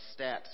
stats